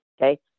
okay